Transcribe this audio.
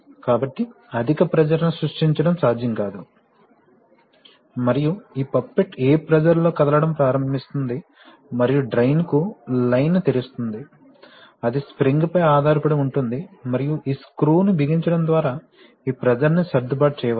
కాబట్టి అధిక ప్రెషర్ ని సృష్టించడం సాధ్యం కాదు మరియు ఈ పాప్పెట్ ఏ ప్రెషర్ లో కదలడం ప్రారంభిస్తుంది మరియు డ్రైన్ కు లైన్ ని తెరుస్తుంది అది స్ప్రింగ్ పై ఆధారపడి ఉంటుంది మరియు ఈ స్క్రూ ను బిగించడం ద్వారా ఈ ప్రెషర్ ని సర్దుబాటు చేయవచ్చు